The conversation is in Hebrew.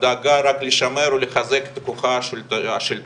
דאגה רק לחזק ולשמר את כוחה השלטוני,